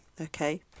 okay